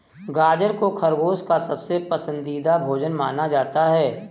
गाजर को खरगोश का सबसे पसन्दीदा भोजन माना जाता है